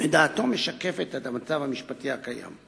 ודעתו משקפת את המצב המשפטי הקיים.